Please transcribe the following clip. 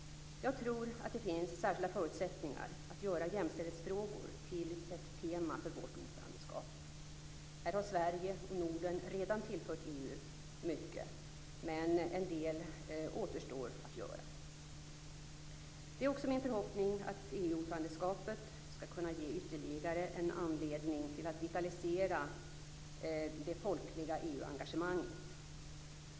Jag tror att det finns särskilda förutsättningar att göra jämställdhetsfrågor till ett tema för vårt ordförandeskap. Här har Sverige och Norden redan tillfört EU mycket, men en del återstår att göra. Det är också min förhoppning att EU ordförandeskapet skall kunna ge ytterligare en anledning till att vitalisera det folkliga EU-engagemanget.